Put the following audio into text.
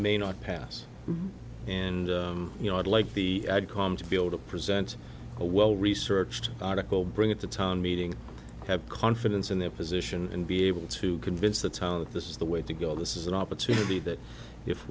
may not pass and you know i'd like the ad com to be able to present a well researched article bring it to town meeting have confidence in their position and be able to convince the town that this is the way to go this is an opportunity that if